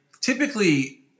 typically